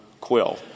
Quill